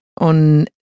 on